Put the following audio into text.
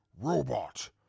Robot